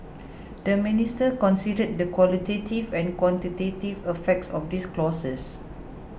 the minister considered the qualitative and quantitative effects of these clauses